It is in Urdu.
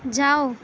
جاؤ